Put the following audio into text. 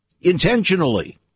intentionally